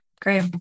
great